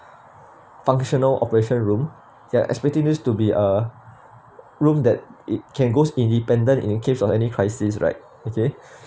functional operation room they're expecting them to be a room that it can goes independent in case of any crisis right okay